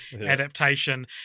adaptation